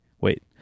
Wait